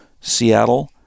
Seattle